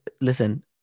Listen